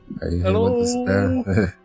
Hello